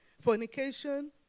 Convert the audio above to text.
fornication